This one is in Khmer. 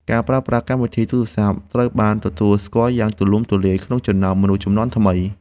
ការប្រើប្រាស់កម្មវិធីទូរសព្ទ ត្រូវបានទទួលស្គាល់យ៉ាងទូលំទូលាយក្នុងចំណោមមនុស្សជំនាន់ថ្មី។